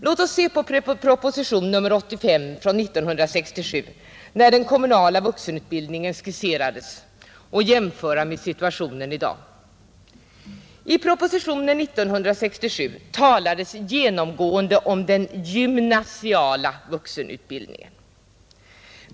Låt oss se på proposition nr 85 år 1967, där den kommunala vuxenutbildningen skisserades, och jämföra den med situationen i dag! I propositionen 1967 talades genomgående om den gymnasiala vuxenutbildningen.